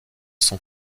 son